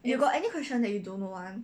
you got any question that you don't know [one]